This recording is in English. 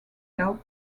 help